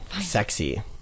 sexy